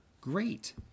great